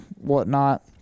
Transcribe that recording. whatnot